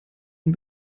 ihn